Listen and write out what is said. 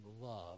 love